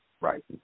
right